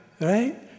right